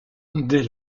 dès